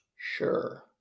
Sure